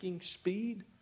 speed